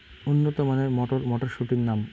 উন্নত মানের মটর মটরশুটির নাম?